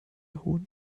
hohen